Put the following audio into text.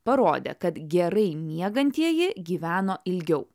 parodė kad gerai miegantieji gyveno ilgiau